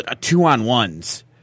two-on-ones